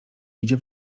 idzie